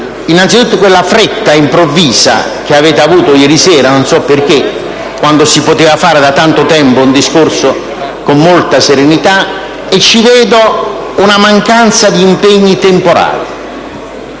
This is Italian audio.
innanzitutto quella fretta improvvisa che avete avuto ieri sera - non so perché - quando si poteva fare da tanto tempo un discorso con molta serenità; e ci vedo una mancanza di impegni temporali.